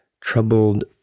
troubled